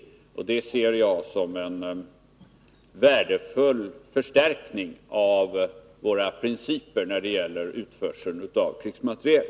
Det ser jag som en värdefull förstärkning av våra regler när det gäller utförsel av krigsmateriel.